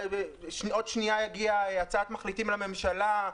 עוד שנייה יגיע הצעת מחליטים לממשלה,